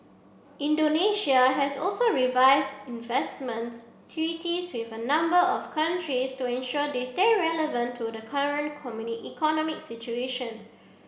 Indonesia has also revised investment treaties with a number of countries to ensure they stay relevant to the current economic situation